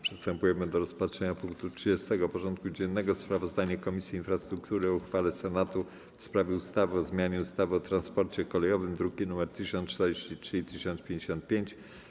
Przystępujemy do rozpatrzenia punktu 30. porządku dziennego: Sprawozdanie Komisji Infrastruktury o uchwale Senatu w sprawie ustawy o zmianie ustawy o transporcie kolejowym (druki nr 1043 i 1055)